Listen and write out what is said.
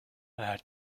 add